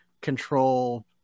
control